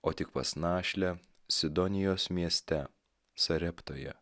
o tik pas našlę sidonijos mieste sareptoje